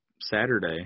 Saturday